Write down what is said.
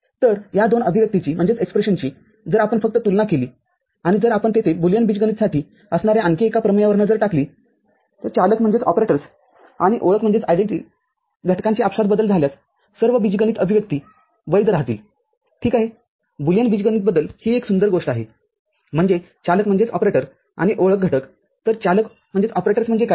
तर या दोन अभिव्यक्तीची जर आपण फक्त तुलना केली आणि जर आपण तिथे बुलियन बीजगणितासाठी असणाऱ्या आणखी एका प्रमेयावर नजर टाकली चालकआणि ओळख घटकांचे आपसात बदल झाल्यास सर्व बीजगणित अभिव्यक्ती वैध राहतील ठीक आहे बुलियन बीजगणित बद्दल ही एक सुंदर गोष्ट आहेम्हणजेचालकआणि ओळख घटक तरचालक म्हणजे काय